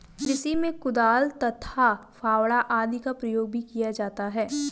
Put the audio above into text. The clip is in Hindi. कृषि में कुदाल तथा फावड़ा आदि का प्रयोग भी किया जाता है